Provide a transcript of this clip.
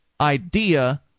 idea